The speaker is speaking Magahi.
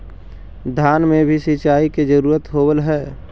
धान मे भी सिंचाई के जरूरत होब्हय?